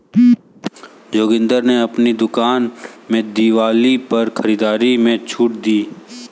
जोगिंदर ने अपनी दुकान में दिवाली पर खरीदारी में छूट दी